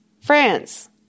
France